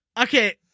Okay